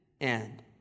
end